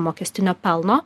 mokestinio pelno